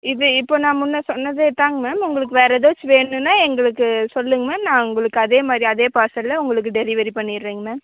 இப்போ இப்போ நான் முன்னே சொன்னதே தாங்க மேம் உங்களுக்கு வேறு ஏதாச்சும் வேணும்னா எங்களுக்கு சொல்லுங்க மேம் நான் உங்களுக்கு அதே மாதிரி அதே பார்சலில் உங்களுக்கு டெலிவெரி பண்ணிடறேங்க மேம்